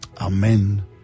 Amen